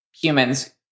humans